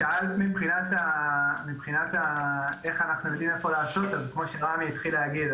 שאלת איך אנחנו יודעים איפה לעשות כפי שרמי זריצקי התחיל להגיד,